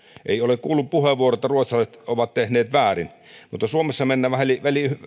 ei ole kuulunut puheenvuoroa että ruotsalaiset ovat tehneet väärin mutta suomessa mennään vähän yli